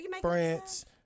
France